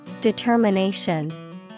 Determination